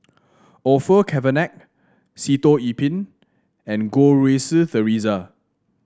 Orfeur Cavenagh Sitoh Yih Pin and Goh Rui Si Theresa